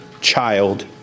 child